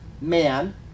man